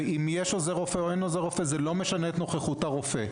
אם יש עוזר רופא או אין עוזר רופא זה לא משנה את נוכחות הרופא.